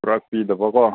ꯄꯨꯔꯛꯄꯤꯗꯕꯀꯣ